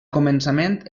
començament